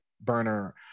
Burner